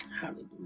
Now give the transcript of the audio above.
Hallelujah